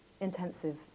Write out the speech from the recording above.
intensive